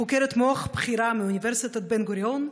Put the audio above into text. חוקרת מוח בכירה מאוניברסיטת בן-גוריון,